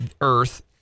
Earth